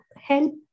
help